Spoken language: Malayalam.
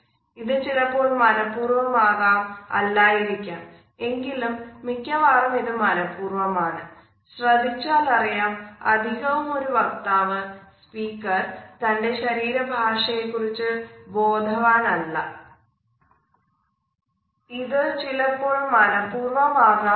ഇത് ചിലപ്പോൾ മനഃപൂർവം ആകാം അല്ലായിരിക്കാം എങ്കിലും മിക്കവാറും ഇത് മനപൂർവം അല്ല